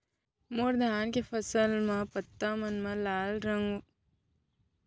मोर धान के फसल म पत्ता मन म लाल व भूरा रंग के धब्बा आप गए हे ओखर लिए कोन स पोसक तत्व देहे के आवश्यकता हे?